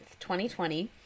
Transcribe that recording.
2020